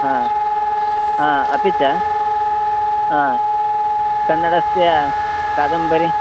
हा आ अपि च अ कन्नडस्य कादम्बरिः